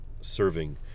serving